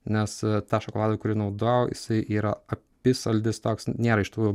nes tą šokoladą kurį naudojau jisai yra apysaldis toks nėra iš tų